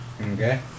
okay